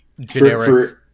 generic